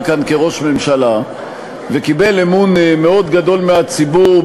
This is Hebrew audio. כאן לראש הממשלה וקיבל אמון מאוד גדול מהציבור,